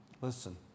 Listen